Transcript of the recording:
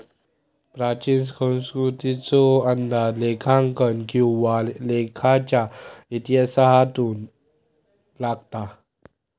प्राचीन संस्कृतीचो अंदाज लेखांकन किंवा लेखाच्या इतिहासातून लागता